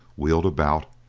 wheeled about,